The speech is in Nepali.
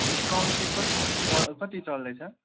डिस्काउन्ट चाहिँ कस् च कति चल्दैछ